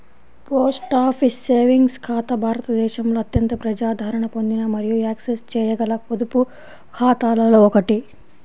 post office savings ఖాతా భారతదేశంలో అత్యంత ప్రజాదరణ పొందిన మరియు యాక్సెస్ చేయగల పొదుపు ఖాతాలలో ఒకటి